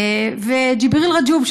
ג'יבריל רג'וב,